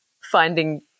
finding